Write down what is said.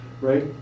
right